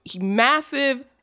massive